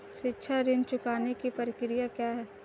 शिक्षा ऋण चुकाने की प्रक्रिया क्या है?